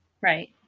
Right